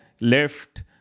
left